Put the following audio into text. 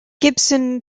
gibson